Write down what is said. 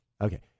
Okay